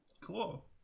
cool